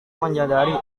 menyadari